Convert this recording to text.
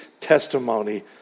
testimony